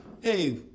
Hey